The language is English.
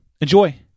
Enjoy